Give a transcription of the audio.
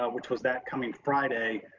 ah which was that coming friday,